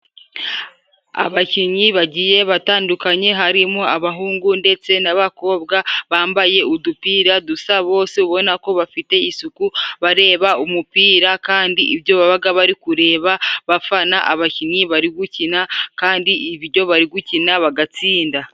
Abakinnyi bagiye batandukanye harimo abahungu ndetse n'abakobwa bambaye udupira dusa bose ubona ko bafite isuku, bareba umupira kandi ibyo babaga bari kureba bafana abakinnyi, bari gukina kandi ibyo bari gukina bagatsinda.